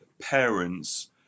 parents